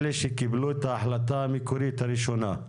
אלה שקיבלו את ההחלטה המקורית הראשונה.